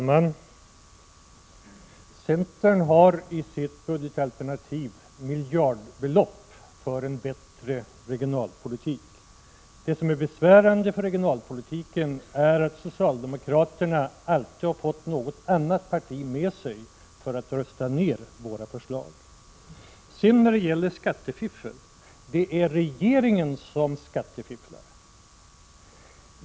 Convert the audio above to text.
Herr talman! Centern har i sitt budgetalternativ miljardbelopp för en bättre regionalpolitik. Det som är besvärande för regionalpolitiken är att socialdemokraterna alltid har fått något annat parti med sig för att rösta ned våra förslag. På tal om skattefiffel så är det regeringen som skattefifflar.